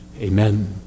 amen